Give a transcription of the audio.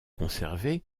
conservé